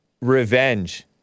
Revenge